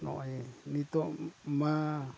ᱱᱚᱜᱼᱚᱭ ᱱᱤᱛᱳᱜ ᱢᱟ